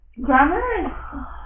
Grammar